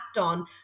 on